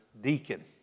deacon